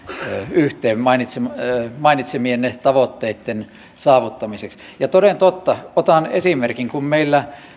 yhteen mainitsemienne tavoitteitten saavuttamiseksi ja toden totta otan esimerkin kun meillä